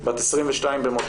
בת 22 במותה,